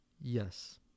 yes